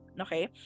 okay